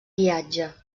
guiatge